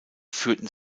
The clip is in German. führten